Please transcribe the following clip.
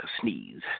sneeze